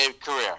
career